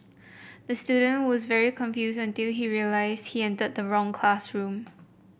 the student was very confused until he realised he entered the wrong classroom